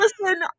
Listen